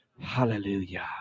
hallelujah